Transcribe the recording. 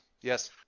Yes